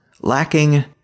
Lacking